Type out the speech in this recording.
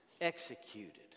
executed